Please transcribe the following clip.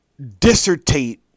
dissertate